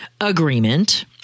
agreement